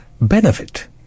benefit